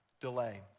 delay